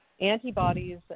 antibodies